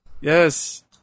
Yes